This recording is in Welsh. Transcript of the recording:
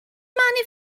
mae